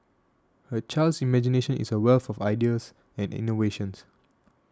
a child's imagination is a wealth of ideas and innovations